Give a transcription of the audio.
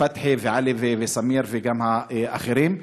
פתחי, עלי, סמיר וגם האחרים.